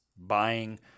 buying